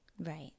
Right